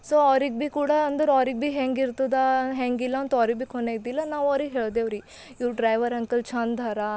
so ಅವ್ರಿಗೆ ಬಿ ಕೂಡ ಅಂದರು ಅವ್ರಿಗೆ ಬಿ ಹೆಂಗಿರ್ತದ ಹೆಂಗಿಲ್ಲ ಅಂತ ಅವ್ರಿಗೆ ಬಿ ಖೂನೆ ಇದ್ದಿಲ್ಲ ನಾವು ಅವ್ರಿಗೆ ಹೇಳಿದೇವ್ರಿ ಇವ್ರು ಡ್ರೈವರ್ ಅಂಕಲ್ ಛಂದ್ಹರ